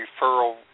referral